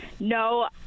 No